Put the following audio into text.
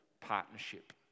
partnership